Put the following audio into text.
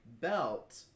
belt